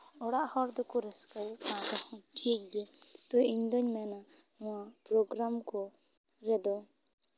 ᱚᱲᱟᱜ ᱦᱚᱲ ᱫᱚᱠᱚ ᱨᱟᱹᱥᱠᱟᱹᱭᱮᱜ ᱠᱟᱱ ᱛᱟᱦᱮᱸᱜ ᱴᱷᱤᱠ ᱜᱮ ᱛᱚ ᱤᱧ ᱫᱩᱧ ᱢᱮᱱᱟ ᱱᱚᱣᱟ ᱯᱨᱳᱜᱨᱟᱢ ᱠᱚ ᱨᱮᱫᱚ